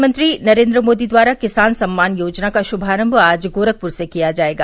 प्रधानमंत्री नरेन्द्र मोदी द्वारा किसान सम्मान योजना का शुभारम्म आज गोरखपुर से किया जायेगा